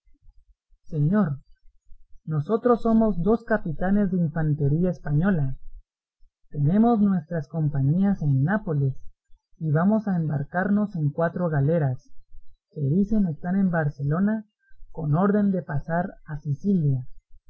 señor nosotros somos dos capitanes de infantería española tenemos nuestras compañías en nápoles y vamos a embarcarnos en cuatro galeras que dicen están en barcelona con orden de pasar a sicilia